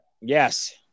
Yes